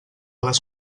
les